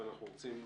ואנחנו רוצים,